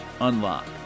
unlock